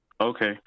okay